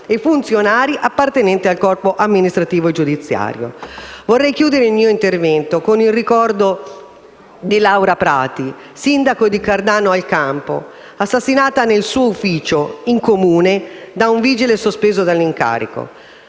dei funzionari appartenenti al corpo amministrativo e giudiziario. Vorrei chiudere il mio intervento con il ricordo di Laura Prati, sindaco di Cardano al Campo, assassinata nel suo ufficio, in Comune, da un vigile sospeso dall'incarico.